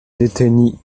deteni